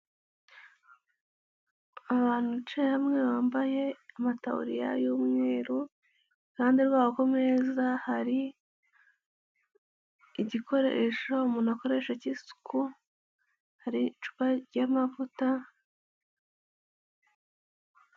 Abantu bicaye hamwe bambaye amataburiya y'umweru, iruhande rwabo ku meza hari igikoresho umuntu akoresha cy'isuku, hari icupa ry'amavuta.